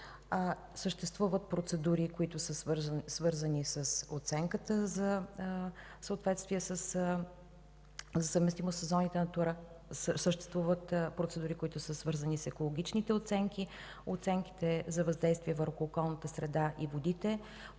съществуват процедури, които са свързани с оценката за съответствие, за съвместимост със зоните от „Натура“, съществуват процедури, свързани с екологичните оценки, с оценките за въздействието върху околната среда и водите,